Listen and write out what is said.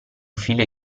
figlio